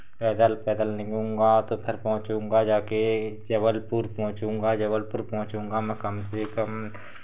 पैदल पैदल निकलूँगा तो फिर पहुँचूँगा जाके जबलपुर पहुँचूँगा जबलपुर पहुँचूँगा मैं कम से कम